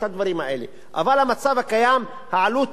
אבל במצב הקיים, העלות היא גבוהה מאוד.